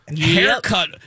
Haircut